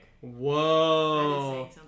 Whoa